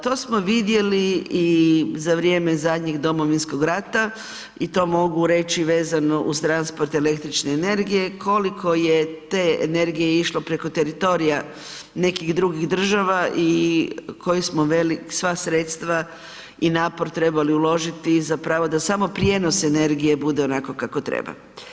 To smo vidjeli i za vrijeme zadnjeg Domovinskog rata i to mogu reći vezano uz transport električne energije koliko je te energije išlo preko teritorija nekih drugih država i koje smo ... sva sredstva i napor trebali uložiti zapravo da samo prijenos energije onako kako treba.